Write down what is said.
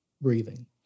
breathing